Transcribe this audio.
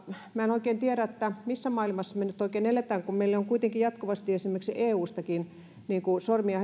minä en oikein tiedä missä maailmassa me nyt oikein elämme kun meille on kuitenkin jatkuvasti esimerkiksi eustakin sormia